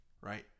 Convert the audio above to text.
right